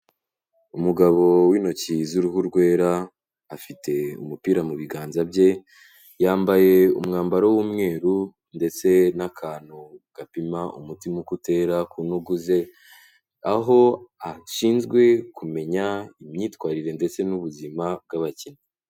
Umugabo w'intoki z'uruhu rwera, afite umupira mu biganza bye, yambaye umwambaro w'umweru ndetse n'akantu gapima umutima uko utera ku ntugu ze, aho ashinzwe kumenya imyitwarire ndetse n'ubuzima bw'abakinnyi.